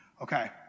Okay